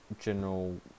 general